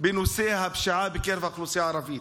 בנושא הפשיעה בקרב האוכלוסייה הערבית.